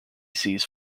sees